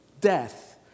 death